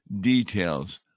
details